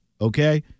Okay